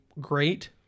great